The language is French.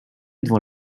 devant